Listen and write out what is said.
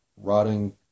rotting